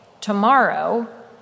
tomorrow